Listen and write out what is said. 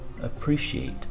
appreciate